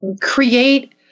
create